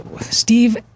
Steve